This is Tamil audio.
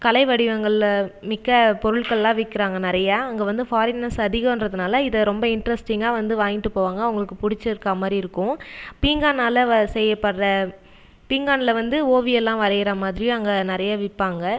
கலைவடிவங்களில் மிக்க பொருள்கள்லாம் விற்கிறாங்க நிறைய அங்கே வந்து ஃபாரினர்ஸ் அதிகன்றதுனால் இதை ரொம்ப இன்டர்ஸ்டிங்காக வந்து வாங்கிட்டு போவாங்கள் அவங்களுக்கு பிடிச்சிருக்கா மாதிரி இருக்கும் பீங்கானால் வ செய்யப்படுகிற பீங்கான்னில் வந்து ஓவியலா வரையிற மாதிரி அங்கே நிறைய விற்பாங்கள்